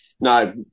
no